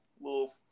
Little